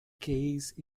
case